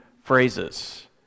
phrases